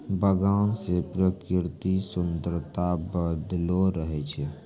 बगान से प्रकृतिक सुन्द्ररता बनलो रहै छै